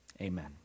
Amen